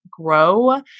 grow